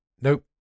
Nope